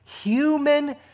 human